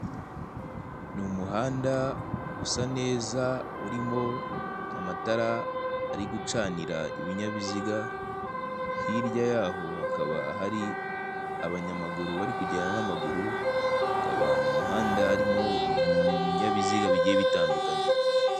Ni umuhanda usa neza urimo amatara ari gucanira ibinyabiziga, hirya yaho hakaba hari abanyamaguru bari kugenda n'amaguru, hakaba mu muhanda harimo ibinyabiziga bigiye bitandukanye.